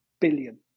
billion